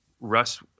Russ